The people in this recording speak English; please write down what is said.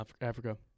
Africa